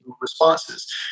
responses